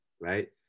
right